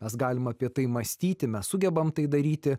mes galim apie tai mąstyti mes sugebam tai daryti